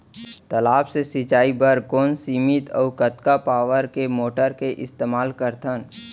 तालाब से सिंचाई बर कोन सीमित अऊ कतका पावर के मोटर के इस्तेमाल करथन?